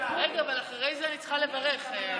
אבל אחרי זה אני צריכה לברך.